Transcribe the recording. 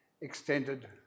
extended